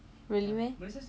really meh